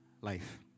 Life